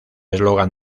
eslogan